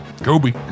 Kobe